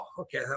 okay